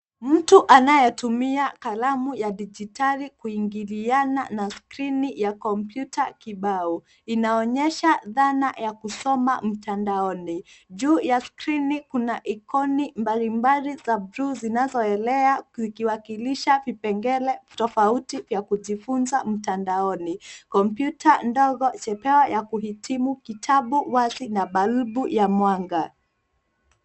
Mtu anayetumia kalamu ya dijitali kuingiliana na skrini ya komputa kibao. Inaonyesha dhana ya kusoma mtandaoni. Juu ya skrini kuna ikoni mbalimbali za bluu zinazoelea ikiwakilisha vipengele tofauti vya kujifunza mtandaoni. Komputa ndogo, jepeo ya kuhitimu, kitabu wazi na balbu ya mwanga.